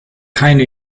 keine